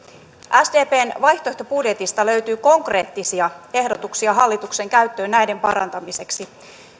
sdpn vaihtoehtobudjetista löytyy konkreettisia ehdotuksia hallituksen käyttöön näiden parantamiseksi